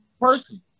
person